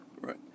Right